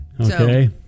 okay